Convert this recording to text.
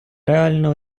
реально